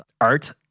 art